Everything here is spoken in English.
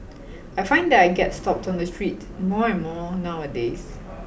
I find that I get stopped on the street more and more nowadays